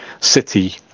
City